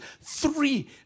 three